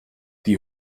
die